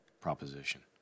proposition